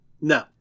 No